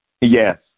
Yes